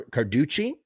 Carducci